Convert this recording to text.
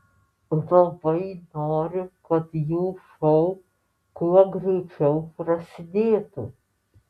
labai noriu kad jų šou kuo greičiau prasidėtų